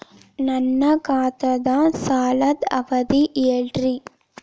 ನನ್ನ ಖಾತಾದ್ದ ಸಾಲದ್ ಅವಧಿ ಹೇಳ್ರಿ